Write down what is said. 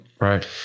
Right